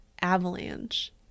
avalanche